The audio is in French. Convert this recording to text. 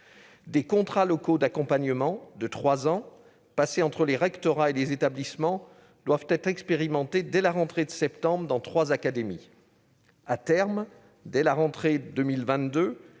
Des « contrats locaux d'accompagnement » de trois ans, passés entre les rectorats et les établissements, doivent être expérimentés à la prochaine rentrée de septembre dans trois académies. À terme, dès la rentrée de 2022,